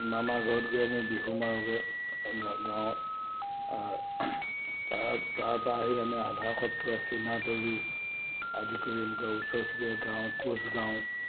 মামাৰ ঘৰত গৈ আমি বিহু মাৰোঁগে গাঁৱত আৰু তাৰ তাৰপৰা আহি আমি আধাৰ সত্ৰ চীনাতলি আদি কৰি এনেকুৱা ওচৰ চুবুৰীয়া গাওঁ কোচ গাওঁ